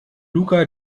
luca